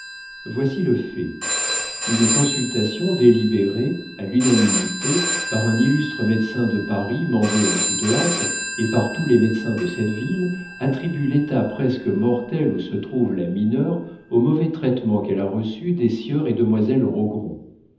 voici le fait une consultation délibérée à l'unanimité par un illustre médecin de paris mandé en toute hâte et par tous les médecins de cette ville attribue l'état presque mortel où se trouve la mineure aux mauvais traitements qu'elle a reçus des sieur et demoiselle